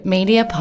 Media